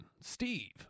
Steve